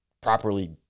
properly